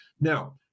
Now